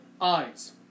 eyes